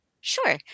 Sure